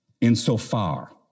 Insofar